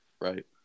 Right